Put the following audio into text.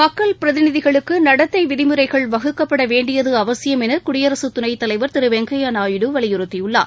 மக்கள் பிரதிநிதிகளுக்கு நடத்தை விதிமுறைகள் வகுக்கப்படவேண்டியது அவசியம் என குடியரசுத்துணைத்தலைவர் திரு வெங்கய்யா நாயுடு வலியுறுத்தியுள்ளார்